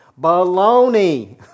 Baloney